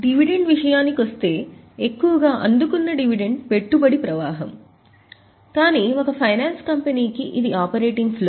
dividend విషయానికొస్తే ఎక్కువగా అందుకున్న డివిడెండ్ పెట్టుబడి ప్రవాహం కానీ ఒక ఫైనాన్స్ కంపెనీకి ఇది ఆపరేటింగ్ ఫ్లో